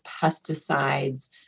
pesticides